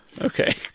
Okay